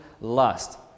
lust